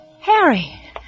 Harry